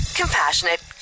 Compassionate